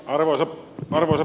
arvoisa puhemies